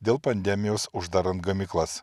dėl pandemijos uždarant gamyklas